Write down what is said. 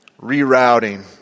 Rerouting